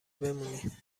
بمونی